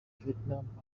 vietnam